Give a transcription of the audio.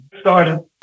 started